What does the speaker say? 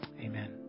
amen